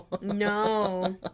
No